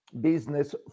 business